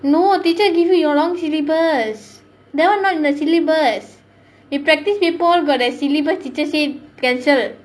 no teacher give me your long syllabus that [one] not in the syllabus we practice before but the syllable teacher say cancel